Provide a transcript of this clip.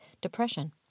depression